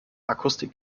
akustik